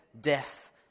death